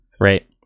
right